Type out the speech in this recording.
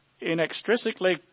inextricably